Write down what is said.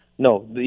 No